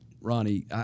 Ronnie